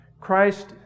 Christ